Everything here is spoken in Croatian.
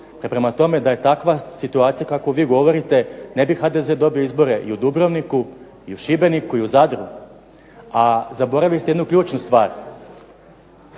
Prema tome da je takva situacija kakvu vi govorite, ne bi HDZ dobio izbore i u Dubrovniku, i u Šibeniku, i u Zadru. A zaboravili ste jednu ključnu stvar.